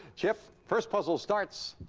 chip, first puzzle starts.